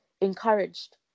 encouraged